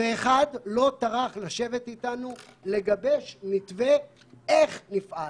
ואחד לא טרח לשבת איתנו ולגבש מתווה איך נפעל.